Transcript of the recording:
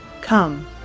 Come